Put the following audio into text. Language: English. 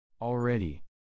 Already